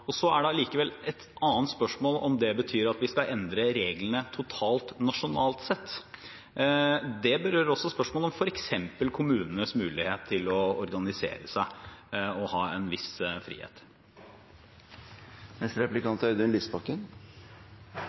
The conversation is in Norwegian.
Så er det likevel et annet spørsmål om det betyr at vi skal endre reglene totalt nasjonalt sett. Det blir også et spørsmål om f.eks. kommunenes mulighet til å organisere seg og ha en viss frihet. Når nasjonale politikere er